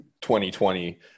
2020